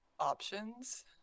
options